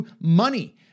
Money